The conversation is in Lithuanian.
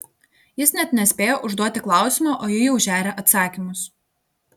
jis net nespėja užduoti klausimo o ji jau žeria atsakymus